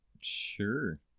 Sure